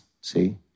see